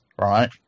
right